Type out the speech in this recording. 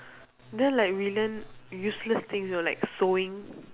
then like we learn useless things you know like sewing